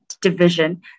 division